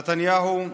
נתניהו,